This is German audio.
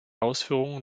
ausführungen